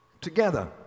together